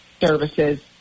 services